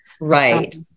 Right